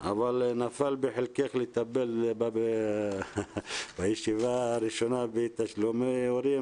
אבל נפל בחלקך לטפל בישיבה הראשונה בתשלומי הורים,